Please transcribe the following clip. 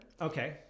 Okay